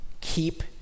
Keep